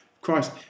Christ